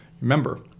Remember